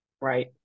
Right